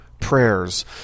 prayers